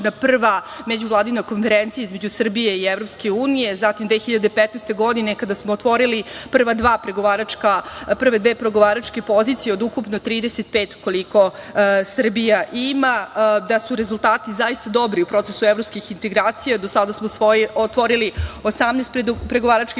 prva međuvladina konferencija između Srbije i EU, zatim 2015. godine, kada smo otvorili prve dve pregovaračke pozicije od ukupno 35, koliko Srbija ima, da su rezultati zaista dobri u procesu evropskih integracija. Do sada smo otvorili 18 pregovaračkih